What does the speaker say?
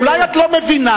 אולי את לא מבינה,